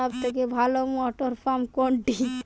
সবথেকে ভালো মটরপাম্প কোনটি?